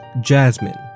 jasmine